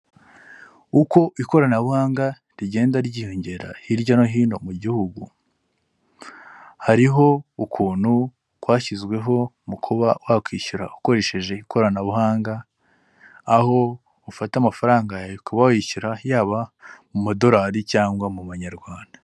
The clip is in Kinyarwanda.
Uko ikoranabuhanga rigenda ryiyongera hirya no hino mu gihugu, hariho ukuntu kwashyizweho mu kuba wakwishyura ukoresheje ikoranabuhanga, aho ufata amafaranga yawe ukaba washyura yaba mu madorari cyangwa mu manyarwanda.